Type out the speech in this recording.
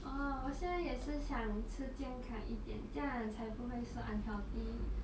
orh 我现在也是想吃健康一点这样也才不会 so unhealthy